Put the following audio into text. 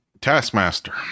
taskmaster